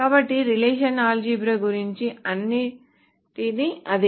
కాబట్టి relational algebra గురించి అన్నింటికీ అదే